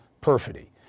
perfidy